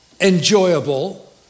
enjoyable